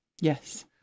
Yes